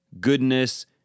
goodness